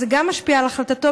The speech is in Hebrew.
אז גם זה משפיע על החלטתו,